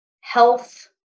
health